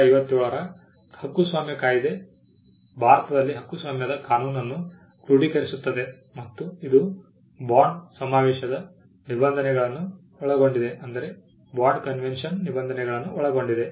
1957 ರ ಹಕ್ಕುಸ್ವಾಮ್ಯ ಕಾಯಿದೆ ಭಾರತದಲ್ಲಿ ಹಕ್ಕುಸ್ವಾಮ್ಯದ ಕಾನೂನನ್ನು ಕ್ರೋಡೀಕರಿಸುತ್ತದೆ ಮತ್ತು ಇದು ಬಾಂಡ್ ಸಮಾವೇಶದ ನಿಬಂಧನೆಗಳನ್ನು ಒಳಗೊಂಡಿದೆ